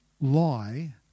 lie